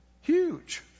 Huge